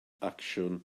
acsiwn